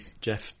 Jeff